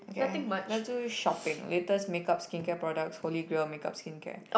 okay let's do shopping latest makeup skincare products holy grail of makeup skincare